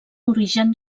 origen